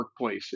workplaces